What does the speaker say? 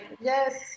Yes